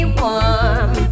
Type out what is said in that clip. warm